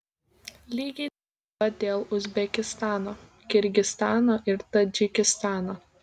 lygiai taip pat dėl uzbekistano kirgizstano ir tadžikistano